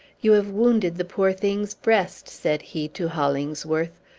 you have wounded the poor thing's breast, said he to hollingsworth,